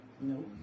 No